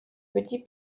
petit